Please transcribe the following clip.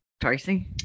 Tracy